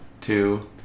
two